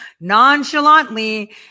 nonchalantly